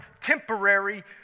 temporary